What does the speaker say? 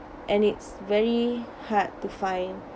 and it's very hard to find